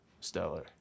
stellar